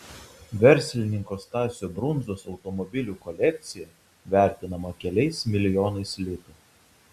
verslininko stasio brundzos automobilių kolekcija vertinama keliais milijonais litų